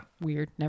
Weird